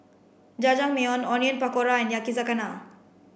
Jajangmyeon Onion Pakora Yakizakana